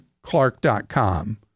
clark.com